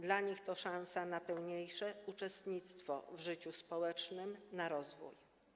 Dla nich to szansa na pełniejsze uczestnictwo w życiu społecznym, na rozwój.